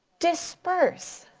disperse.